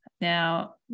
Now